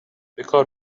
بکار